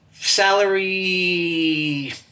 Salary